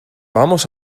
vamos